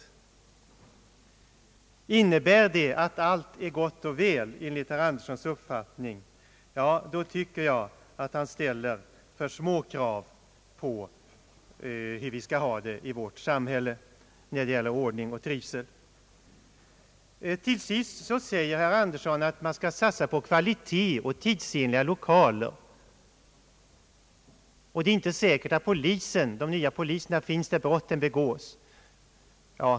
Innebär det att allt är gott och väl enligt herr Anderssons uppfattning, då tycker jag att han ställer för små krav på hur vi skall ha det i vårt samhälle, när det gäller ordning och trivsel. Till sist säger herr Andersson att vi skall satsa på kvalitet och tidsenliga lokaler och att det inte är säkert att de nya polismännen finns där brotten begås.